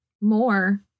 more